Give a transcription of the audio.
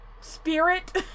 spirit